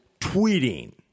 tweeting